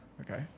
okay